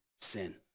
sin